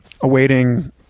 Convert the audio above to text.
awaiting